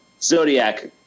Zodiac